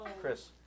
Chris